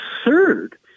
absurd